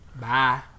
Bye